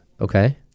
Okay